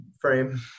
frame